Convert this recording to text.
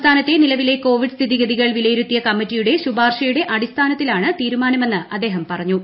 സംസ്ഥാനത്തെ നിലവിലെ കോവിഡ് സ്ഥിതിഗതികൾ വിലയിരുത്തിയ കമ്മിറ്റിയുടെ ശുപാർശയുടെ അടിസ്ഥാനത്തിലാണ് തീരുമാനമെന്ന് അദ്ദേഹം പറഞ്ഞു